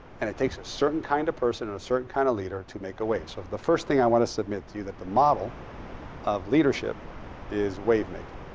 and it takes a certain kind of person and a certain kind of leader to make a wave. so the first thing i want to submit to you that the model of leadership is wave making.